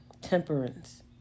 temperance